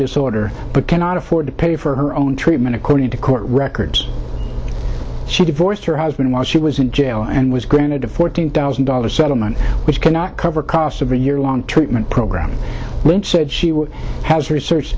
disorder but cannot afford to pay for her own treatment according to court records she divorced her husband while she was in jail and was granted a fourteen thousand dollars settlement which cannot cover costs of a yearlong treatment program lynch said she has researched